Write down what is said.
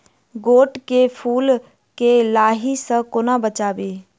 गोट केँ फुल केँ लाही सऽ कोना बचाबी?